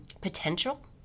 potential